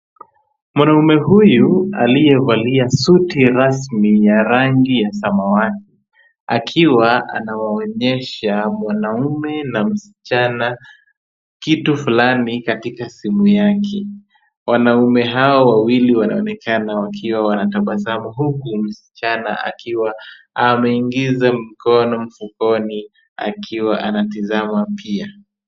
Mwanamume huyu aliyevalia suti rasmi ya rangi ya samawati, akiwa anawaonyesha mwanaume na msichana kitu fulani katika simu yake. Wanaume hawa wawili wanaonekana wakiwa wanatabasamu huku msichana akiwa ameingiza mkono mfukoni akiwa anatizama pia.